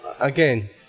again